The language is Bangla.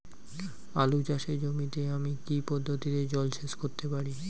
আলু চাষে জমিতে আমি কী পদ্ধতিতে জলসেচ করতে পারি?